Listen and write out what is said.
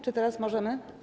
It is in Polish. Czy teraz możemy?